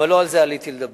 אבל לא על זה עליתי לדבר.